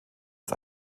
ist